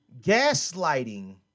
Gaslighting